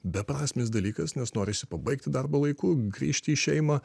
beprasmis dalykas nes norisi pabaigti darbą laiku grįžti į šeimą